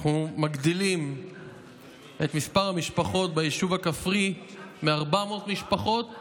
שאנחנו מגדילים את מספר המשפחות ביישוב הכפרי מ-400 משפחות